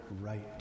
right